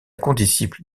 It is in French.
condisciple